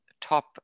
top